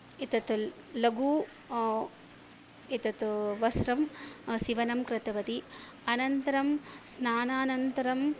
एतत् लघु एतत् वस्रं सीवनं कृतवती अनन्तरं स्नानानन्तरम्